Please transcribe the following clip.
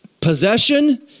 possession